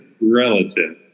relative